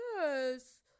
Yes